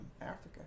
Africa